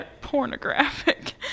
Pornographic